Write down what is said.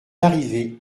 arrivée